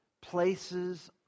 places